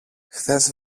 χθες